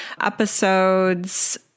Episodes